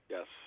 Yes